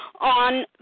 on